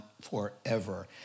Forever